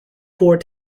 four